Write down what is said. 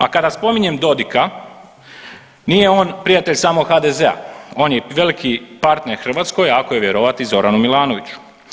A kada spominjem Dodika nije on prijatelj samo HDZ-a, on je veliki partner Hrvatskoj ako je vjerovati Zoranu Milanoviću.